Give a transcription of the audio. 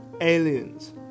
aliens